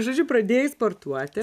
žodžiu pradėjai sportuoti